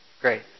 Great